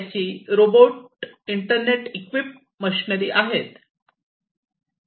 त्यांची robot internet equip machinery आहेत